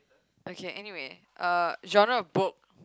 okay anyway uh genre of book